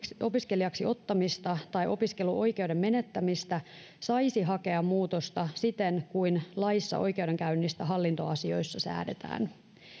opiskelijaksi ottamista tai opiskeluoikeuden menettämistä saisi hakea muutosta siten kuin laissa oikeudenkäynnistä hallintoasioissa säädetään